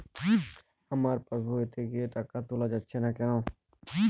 আমার পাসবই থেকে টাকা তোলা যাচ্ছে না কেনো?